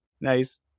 Nice